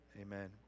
amen